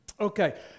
Okay